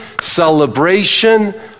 celebration